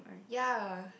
yea